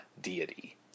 deity